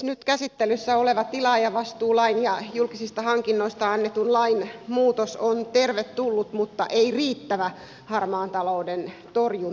nyt käsittelyssä oleva tilaajavastuulain ja julkisista hankinnoista annetun lain muutos on tervetullut mutta ei riittävä harmaan talouden torjuntamuoto